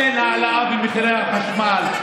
אין העלאה במחירי החשמל.